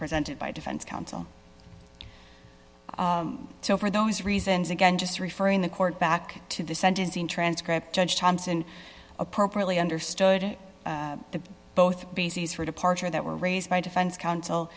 presented by defense counsel so for those reasons again just referring the court back to the sentencing transcript judge thompson appropriately understood the both bases for departure that were raised by defense counsel